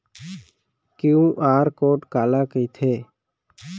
QR code काला कहिथे?